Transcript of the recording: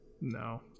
No